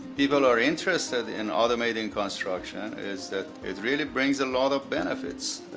people are interested in automating construction is that it really brings a lot of benefits.